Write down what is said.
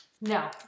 No